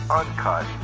uncut